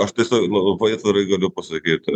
aš tai sa labai atvirai galiu pasakyti